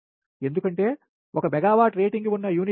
ఎందుకంటే 1 megawatt rating ఉన్న 1 unit